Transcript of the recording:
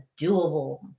doable